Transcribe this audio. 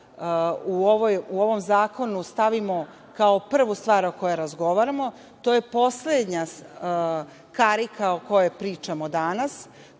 u ovom zakonu stavimo kao prvu stvar o kojoj razgovaramo. To je poslednja karika o kojoj pričamo danas,